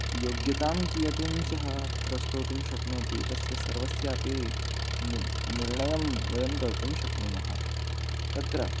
योग्यतां कियतीं सः प्रस्तौतुं शक्नोति तस्य सर्वस्यापि निर्णयं वयं कर्तुं शक्नुमः तत्र